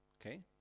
okay